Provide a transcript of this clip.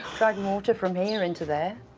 drag water from here in to there.